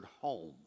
home